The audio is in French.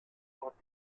porte